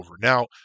Now